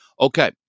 Okay